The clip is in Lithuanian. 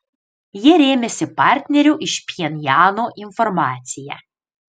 jie rėmėsi partnerių iš pchenjano informacija